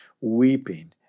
weeping